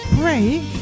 break